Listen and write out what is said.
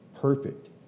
perfect